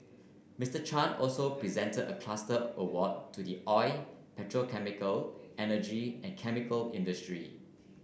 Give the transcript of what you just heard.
Mister Chan also presented a cluster award to the oil petrochemical energy and chemical industry